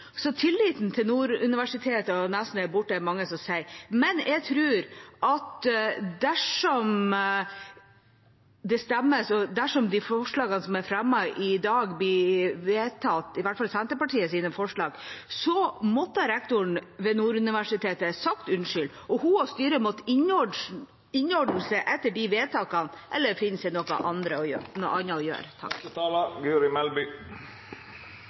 Så tilliten til Nord universitet og Nesna er borte, sier mange. Men jeg tror at dersom de forslagene som er fremmet i dag – i hvert fall Senterpartiets – hadde blitt vedtatt, måtte rektoren ved Nord universitet ha sagt unnskyld, og hun og styret måtte innordne seg etter de vedtakene eller finne seg noe annet å gjøre.